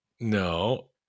No